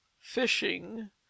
fishing